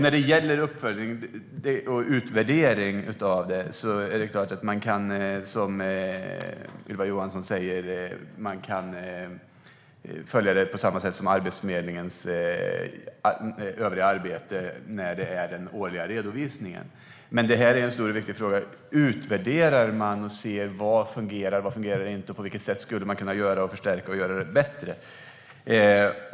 När det gäller uppföljning och utvärdering av detta är det klart att man kan göra som Ylva Johansson säger. Man kan följa det på samma sätt som Arbetsförmedlingens övriga arbete när det är den årliga redovisningen. Men det här är en stor och viktig fråga. Utvärderar man detta och ser: Vad fungerar, och vad fungerar inte? På vilket sätt skulle man kunna förstärka och göra det bättre?